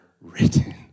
written